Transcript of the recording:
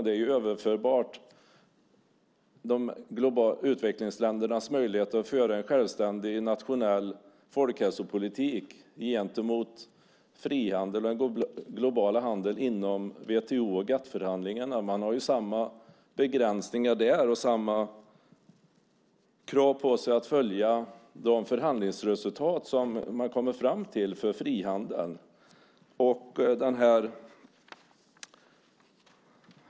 Det är överförbart på utvecklingsländernas möjligheter att föra en självständig nationell folkhälsopolitik gentemot frihandeln och den globala handeln inom WTO och GATS-förhandlingarna. Man har samma begränsningar där och samma krav på sig att följa de förhandlingsresultat som man kommer fram till för frihandeln.